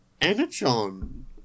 Energon